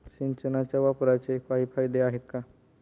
सिंचनाच्या वापराचे काही फायदे आहेत का?